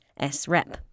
srep